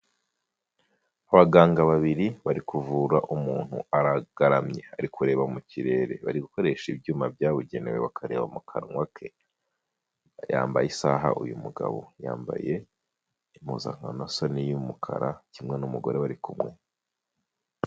Abaganga babiri bari kuvura umuntu aragaramye ari kureba mu kirere, bari gukoresha ibyuma byabugenewe bakareba mu kanwa ke, yambaye isaha uyu mugabo, yambaye impuzankano isa n'iy'umukara kimwe n'umugore bari kumwe.